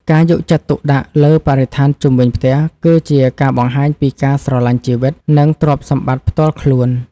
ការយកចិត្តទុកដាក់លើបរិស្ថានជុំវិញផ្ទះ គឺជាការបង្ហាញពីការស្រឡាញ់ជីវិត និងទ្រព្យសម្បត្តិផ្ទាល់ខ្លួន។